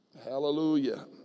Hallelujah